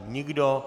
Nikdo.